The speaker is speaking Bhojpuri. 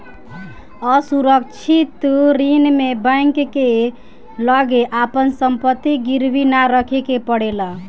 असुरक्षित ऋण में बैंक के लगे आपन संपत्ति गिरवी ना रखे के पड़ेला